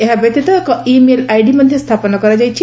ଏହାବ୍ୟତୀତ ଏକ email ID ମଧ୍ୟ ସ୍ଥାପନ କରାଯାଇଛି